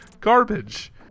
garbage